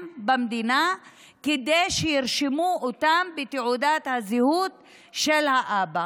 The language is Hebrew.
במדינה כדי שירשמו אותן בתעודת הזהות של האבא.